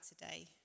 today